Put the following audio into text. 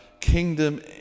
kingdom